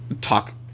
talk